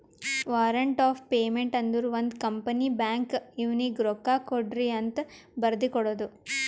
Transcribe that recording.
warrant of payment ಅಂದುರ್ ಒಂದ್ company ಬ್ಯಾಂಕ್ಗ್ ಇವ್ನಿಗ ರೊಕ್ಕಾಕೊಡ್ರಿಅಂತ್ ಬರ್ದಿ ಕೊಡ್ತದ್